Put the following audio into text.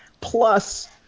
plus